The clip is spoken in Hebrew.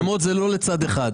הסכמות זה לא לצד אחד.